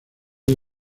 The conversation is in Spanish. muy